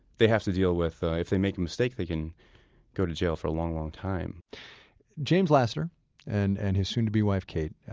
they have to deal with, if they make a mistake, they can go to jail for a long, long time james lasseter and and his soon-to-be wife kate,